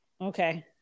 Okay